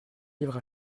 livres